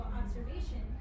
observation